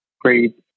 great